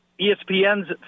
ESPN's